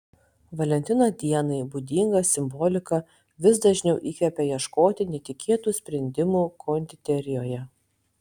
valentino dienai būdinga simbolika vis dažniau įkvepia ieškoti netikėtų sprendimų konditerijoje